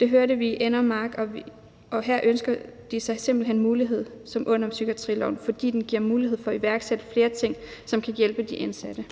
Det hørte vi i Enner Mark, og her ønsker de sig simpelt hen en mulighed som den under psykiatriloven, fordi den giver mulighed for at iværksætte flere ting, som kan hjælpe de indsatte.